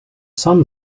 sun